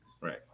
Right